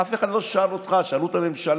אף אחד לא שאל אותך, שאלו את הממשלה.